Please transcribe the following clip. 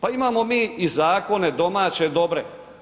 Pa imamo mi i zakone domaće dobre.